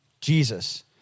Jesus